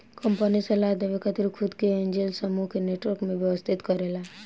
company सलाह देवे खातिर खुद के एंजेल समूह के नेटवर्क में व्यवस्थित करेला